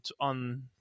on